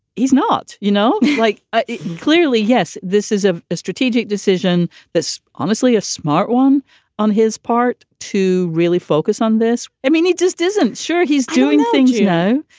he's not, you know, like. ah clearly, yes. this is a strategic decision that's honestly a smart one on his part to really focus on this. i mean, he just isn't sure he's doing things, you know,